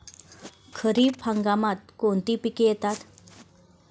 खरीप हंगामात कोणती पिके येतात?